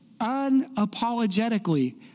unapologetically